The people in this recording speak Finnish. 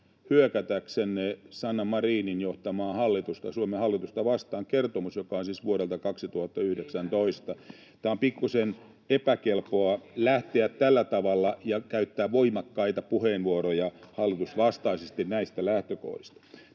hyökätäksenne Sanna Marinin johtamaa hallitusta, Suomen hallitusta, vastaan — kertomusta, joka on siis vuodelta 2019. [Timo Heinonen: En käyttänyt sitä!] Tämä on pikkuisen epäkelpoa lähteä tällä tavalla käyttämään voimakkaita puheenvuoroja hallitusvastaisesti näistä lähtökohdista.